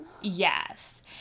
Yes